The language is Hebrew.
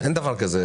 אין דבר כזה.